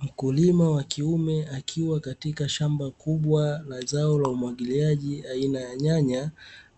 Mkulima wa kiume akiwa katika shamba kubwa la zao la umwagiliaji aina ya nyanya,